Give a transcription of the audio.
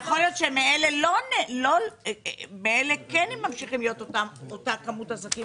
יכול להיות ששם כן ממשיכה להיות אותה כמות עסקים